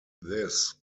this